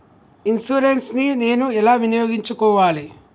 Insurance ని నేను ఎలా వినియోగించుకోవాలి?